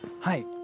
Hi